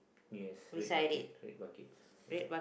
yes red bucket red bucket ya